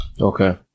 Okay